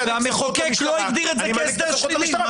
--- והמחוקק לא הגדיר את זה כהסדר שלילי,